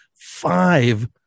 five